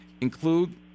include